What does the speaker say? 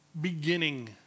beginning